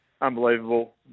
unbelievable